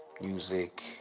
music